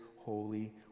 holy